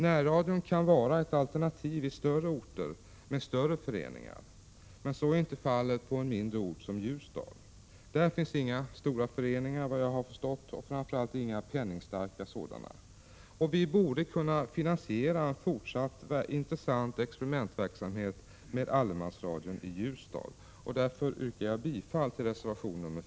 Närradion kan vara ett alternativ i större orter med stora föreningar, men så är inte fallet på en mindre ort som Ljusdal. Där finns, såvitt jag har förstått, inga stora föreningar och framför allt inga penningstarka sådana. Vi borde kunna finansiera en fortsatt intressant experimentverksamhet med allemansradio i Ljusdal. Därför yrkar jag bifall till reservation nr 4.